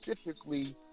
specifically